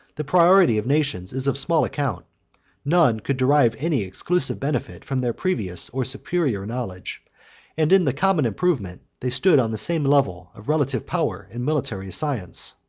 the priority of nations is of small account none could derive any exclusive benefit from their previous or superior knowledge and in the common improvement, they stood on the same level of relative power and military science.